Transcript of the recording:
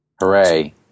Hooray